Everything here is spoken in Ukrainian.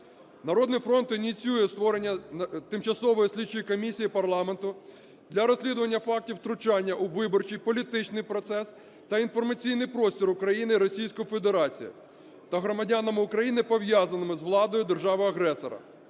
"Народний фронт" ініціює створення тимчасової слідчої комісії парламенту для розслідування фактів втручання у виборчий політичний процес та інформаційний простір України Російської Федерації та громадян України, пов'язаних з владою держави-агресора,